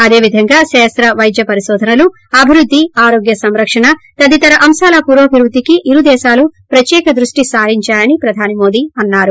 అదేవిధంగా శాస్త వైద్య పరిశోధనలు అభివృద్ది ఆరోగ్య సంరక్షణ తదితర అంశాల పురోభివృద్దికి ఇరుదేశాలు ప్రత్యేక దృష్టి సారించాయని ప్రధాని మోదీ అన్నారు